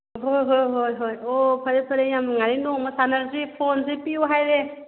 ꯍꯣꯏ ꯍꯣꯏ ꯍꯣꯏ ꯍꯣꯏ ꯑꯣ ꯐꯔꯦ ꯐꯔꯦ ꯌꯥꯝ ꯅꯨꯉꯥꯏꯔꯦ ꯅꯣꯡꯃ ꯁꯥꯟꯅꯔꯁꯤ ꯐꯣꯟꯁꯤ ꯄꯤꯎ ꯍꯥꯏꯔꯦ